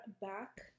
back